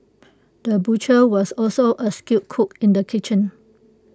the butcher was also A skilled cook in the kitchen